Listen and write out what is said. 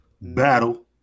battle